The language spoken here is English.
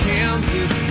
Kansas